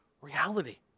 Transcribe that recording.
reality